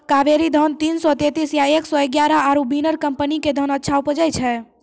कावेरी धान तीन सौ तेंतीस या एक सौ एगारह आरु बिनर कम्पनी के धान अच्छा उपजै छै?